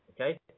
okay